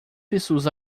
pessoas